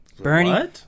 Bernie